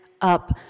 up